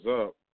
up